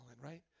right